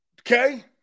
Okay